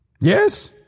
Yes